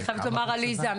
עליזה,